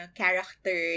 character